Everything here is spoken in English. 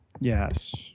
Yes